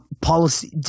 policy –